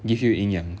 give you 营养